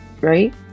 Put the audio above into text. right